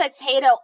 potato